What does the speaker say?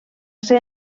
ser